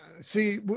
See